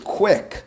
quick